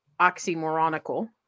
oxymoronical